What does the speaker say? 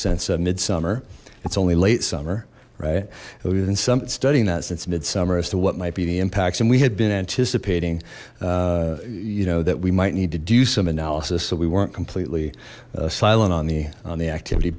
a mid summer it's only late summer right even some studying that since mid summer as to what might be the impacts and we had been anticipating you know that we might need to do some analysis so we weren't completely silent on the on the activity